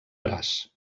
braç